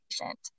patient